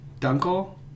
Dunkel